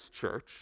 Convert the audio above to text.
church